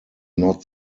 not